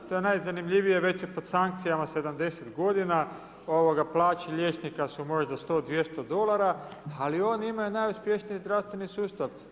Što je najzanimljivije već je pod sankcijama 70 godina, plaće liječnika su možda 100, 200 dolara ali oni imaju najuspješniji zdravstveni sustav.